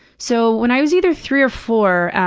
so when i was either three or four,